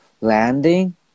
landing